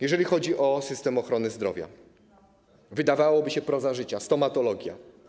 Jeżeli o system ochrony zdrowia, wydawałoby się, proza życia - stomatologia.